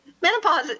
Menopause